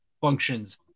functions